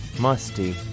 musty